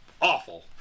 awful